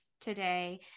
today